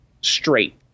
straight